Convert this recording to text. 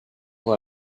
dans